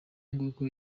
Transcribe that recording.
nguko